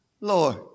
Lord